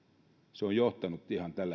se on johtanut